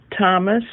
Thomas